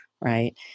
right